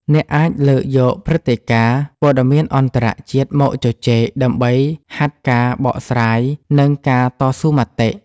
អ្នកអាចលើកយកព្រឹត្តិការណ៍ព័ត៌មានអន្តរជាតិមកជជែក ដើម្បីហាត់ការបកស្រាយ និងការតស៊ូមតិ។